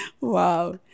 wow